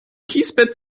kiesbett